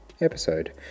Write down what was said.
episode